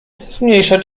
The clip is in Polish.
zmniejsza